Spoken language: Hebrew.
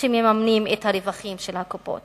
הם אלה שמממנים את הרווחים של הקופות.